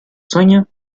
sueño